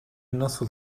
nasıl